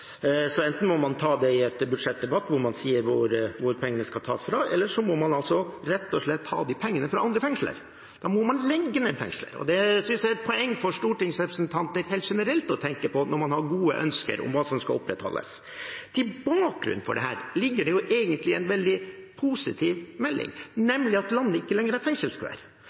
Enten må man ta det i en budsjettdebatt, hvor man sier hvor pengene skal tas fra, eller så må man rett og slett ta de pengene fra andre fengsler. Da må man legge ned fengsler. Det synes jeg er et poeng for stortingsrepresentanter helt generelt å tenke på når man har gode ønsker om hva som skal opprettholdes. Bakgrunnen for dette er jo egentlig en veldig positiv melding, nemlig at landet ikke lenger har fengselskøer.